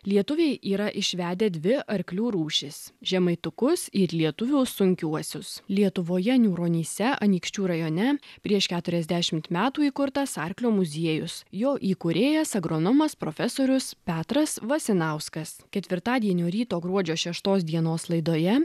lietuviai yra išvedę dvi arklių rūšis žemaitukus ir lietuvių sunkiuosius lietuvoje niūronyse anykščių rajone prieš keturiasdešimt metų įkurtas arklio muziejus jo įkūrėjas agronomas profesorius petras vasinauskas ketvirtadienio ryto gruodžio šeštos dienos laidoje